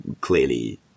clearly